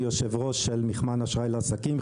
אני יושב ראש של מיכמן אשראי לעסקים,